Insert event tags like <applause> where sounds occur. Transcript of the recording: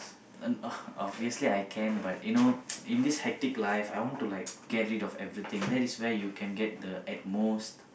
un~ uh obviously I can but you know <noise> in this hectic life I want to like get rid of everything that is where you can get the at most